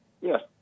yes